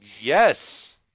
Yes